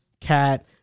Cat